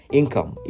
income